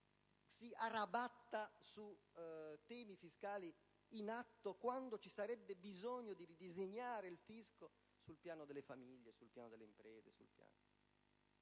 si arrabatta su temi fiscali in atto, quando ci sarebbe bisogno di ridisegnare il fisco sul piano delle famiglie e delle imprese. Mi